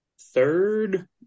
third